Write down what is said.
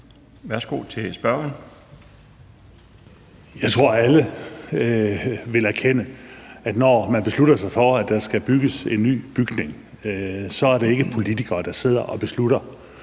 Mogens Jensen (S): Jeg tror, alle vil erkende, at når man beslutter sig for, at der skal bygges en ny bygning, er det ikke politikere, der sidder og beslutter,